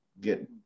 get